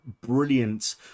brilliant